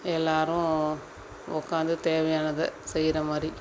எல்லாரும் உக்காந்து தேவையானதை செய்கிற மாதிரி